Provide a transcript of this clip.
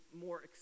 more